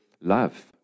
love